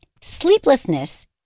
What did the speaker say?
sleeplessness